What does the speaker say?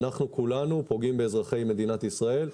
אנחנו כולנו פוגעים באזרחי מדינת ישראל.